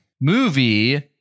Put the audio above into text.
Movie